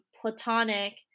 platonic